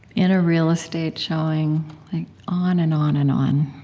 in a real estate showing on and on and on.